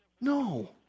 No